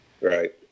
Right